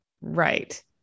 Right